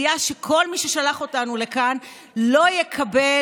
הידיעה שכל מי ששלח אותנו לכאן לא יקבל